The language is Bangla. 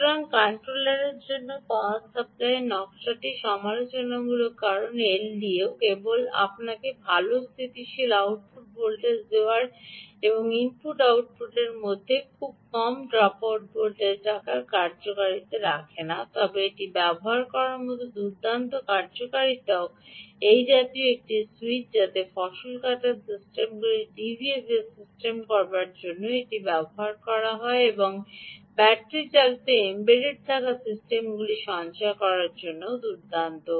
সুতরাং কন্ট্রোলারের জন্য পাওয়ার সাপ্লাইয়ের নকশাটি সমালোচনামূলক কারণ এলডিও কেবল আপনাকে ভাল স্থিতিশীল আউটপুট ভোল্টেজ দেওয়ার এবং ইনপুট এবং আউটপুটটির মধ্যে খুব কম ড্রপআউট ভোল্টেজ রাখার কার্যকারিতা রাখে না তবে এটি ব্যবহার করার মতো দুর্দান্ত কার্যকারিতাও এই জাতীয় একটি সুইচ যাতে ফসল কাটা সিস্টেমগুলি ডিভিএফএস করার জন্য এটি ব্যবহার করে বিদ্যুৎ এবং ব্যাটারি চালিত এম্বেড থাকা সিস্টেমগুলি সঞ্চয় করার জন্যও দুর্দান্ত